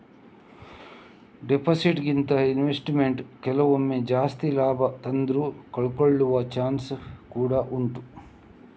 deposit ಗಿಂತ investment ಕೆಲವೊಮ್ಮೆ ಜಾಸ್ತಿ ಲಾಭ ತಂದ್ರೂ ಕಳ್ಕೊಳ್ಳೋ ಚಾನ್ಸ್ ಕೂಡಾ ಉಂಟು